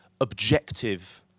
objective